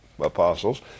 apostles